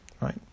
right